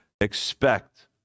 Expect